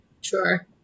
Sure